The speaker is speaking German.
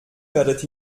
werdet